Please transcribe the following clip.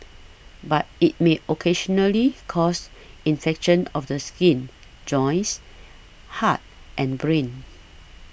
but it may occasionally cause infections of the skin joints heart and brain